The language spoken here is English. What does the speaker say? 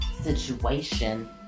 situation